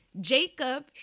Jacob